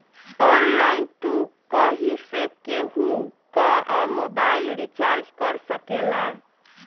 online तू कहीं से केहू कअ मोबाइल रिचार्ज कर सकेला